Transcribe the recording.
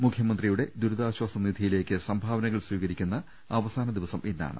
മുഖ്യമന്ത്രിയുടെ ദുരിതാശ്വാസനിധിയിലേക്ക് സംഭാവനകൾ സ്വീകരിക്കുന്ന അവസാന ദിവസം ഇന്നാണ്